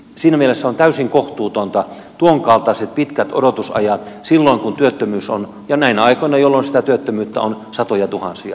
siinä mielessä tuonkaltaiset pitkät odotusajat ovat täysin kohtuuttomia silloin kun työttömyys on ja näinä aikoina jolloin niitä työttömiä on satojatuhansia päässyt iskemään